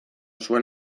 zuen